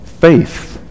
faith